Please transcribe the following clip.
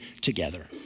together